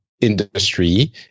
industry